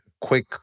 quick